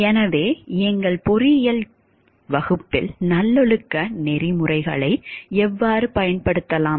எனவே எங்கள் பொறியியல் கேரியரில் நல்லொழுக்க நெறிமுறைகளை எவ்வாறு பயன்படுத்தலாம்